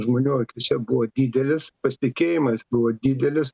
žmonių akyse buvo didelis pasitikėjimas buvo didelis